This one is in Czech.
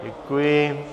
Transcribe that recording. Děkuji.